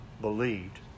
believed